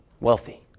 Wealthy